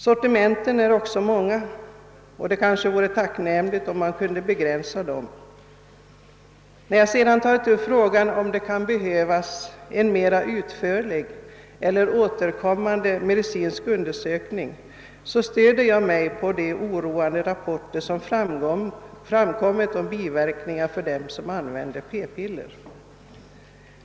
Sortimentet är också stort och det vore tacknämligt om det kunde begränsas. När jag vidare tagit upp frågan om behovet av en mer omfattande eller återkommande medicinsk undersökning stöder jag mig på de oroande rapporter som, framkommit beträffande biverkningar av användningen av p-piller.